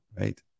right